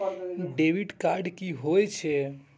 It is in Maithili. डैबिट कार्ड की होय छेय?